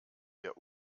wir